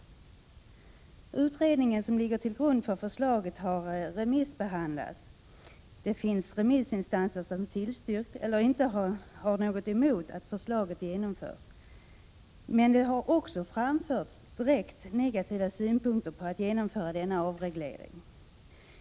Den utredning som ligger till grund för förslaget har remissbehandlats. Vissa remissinstanser har tillstyrkt eller har inte något emot att förslaget genomförs, men det har också framförts direkt negativa synpunkter på ett genomförande av denna avreglering.